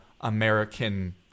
American